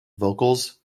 vocals